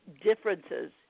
differences